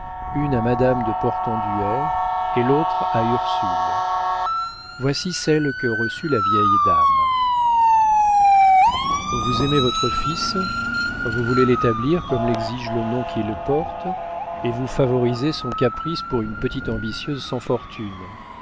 une à madame de portenduère et l'autre à ursule voici celle que reçut la vieille dame vous aimez votre fils vous voulez l'établir comme l'exige le nom qu'il porte et vous favorisez son caprice pour une petite ambitieuse sans fortune